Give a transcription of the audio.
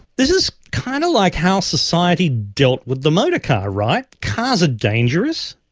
this is kind of like how society dealt with the motor car, right? cars are dangerous,